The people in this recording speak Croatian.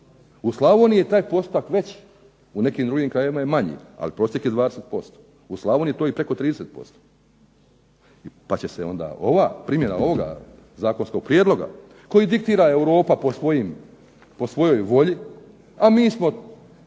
U Slavoniji je taj postotak veći, u nekim drugim krajevima je manji, ali prosjek je 20%. U Slavoniji je to i preko 30%. Pa će se onda primjena ovog zakonskog prijedloga koji diktira Europa po svojoj volji, a mi smo